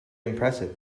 impressive